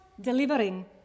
delivering